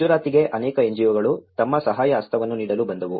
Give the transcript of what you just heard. ಗುಜರಾತಿಗೆ ಅನೇಕ NGO ಗಳು ತಮ್ಮ ಸಹಾಯ ಹಸ್ತವನ್ನು ನೀಡಲು ಬಂದವು